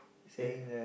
okay